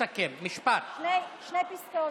כבוד היושב-ראש,